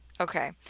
Okay